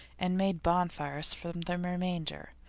and made bonfires from the remainder.